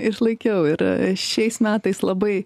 išlaikiau ir šiais metais labai